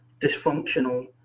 dysfunctional